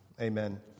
Amen